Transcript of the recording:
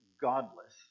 godless